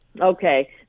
Okay